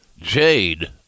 Jade